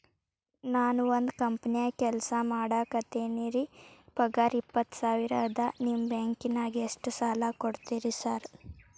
ನಾನ ಒಂದ್ ಕಂಪನ್ಯಾಗ ಕೆಲ್ಸ ಮಾಡಾಕತೇನಿರಿ ಪಗಾರ ಇಪ್ಪತ್ತ ಸಾವಿರ ಅದಾ ನಿಮ್ಮ ಬ್ಯಾಂಕಿನಾಗ ಎಷ್ಟ ಸಾಲ ಕೊಡ್ತೇರಿ ಸಾರ್?